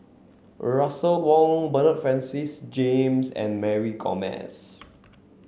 Russel Wong Bernard Francis James and Mary Gomes